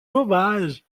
sauvage